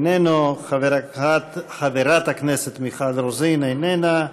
איננו, חברת הכנסת מיכל רוזין, איננה,